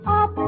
up